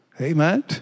Amen